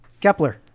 Kepler